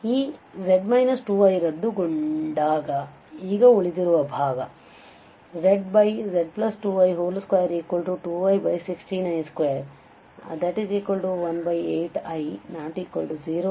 ಆದ್ದರಿಂದ ಈ z 2i ರದ್ದುಗೊಂಡಾಗ ಈಗ ಉಳಿದಿರುವ ಭಾಗ ಆದ್ದರಿಂದ ನಾವು zz2i2 2i16i218i≠0